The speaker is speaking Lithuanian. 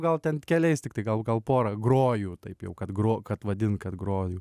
gal ten keliais tiktai gal gal pora groju taip jau kad gro kad vadint kad groju